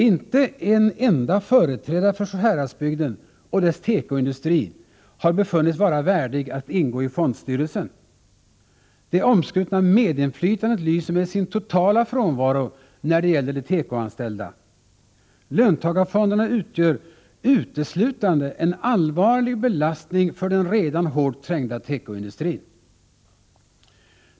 Inte en enda företrädare för Sjuhäradsbygden och dess tekoindustri har befunnits vara värdig att ingå i fondstyrelsen. Det omskrutna medinflytandet lyser med sin totala frånvaro när det gäller de tekoanställda. Löntagarfonderna utgör uteslutande en allvarlig belastning för den redan hårt trängda tekoindustrin.